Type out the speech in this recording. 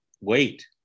Wait